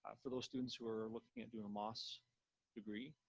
ah for those students who are looking at doing a mos degree,